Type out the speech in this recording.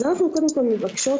אז אנחנו קודם כל מבקשות,